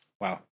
Wow